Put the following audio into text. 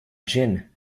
gin